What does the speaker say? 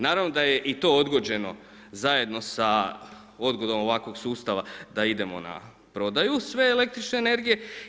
Naravno da je i to odgođeno zajedno sa odgodom ovakvog sustava da idemo na prodaju sve električne energije.